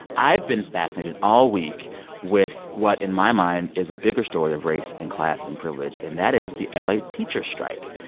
i've been fascinated all week with what, in my mind, is a bigger story of race and class and privilege. and that is the la teacher strike.